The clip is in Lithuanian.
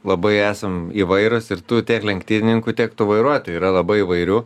labai esam įvairūs ir tu tiek lenktynininkų tiek tų vairuotojų yra labai įvairių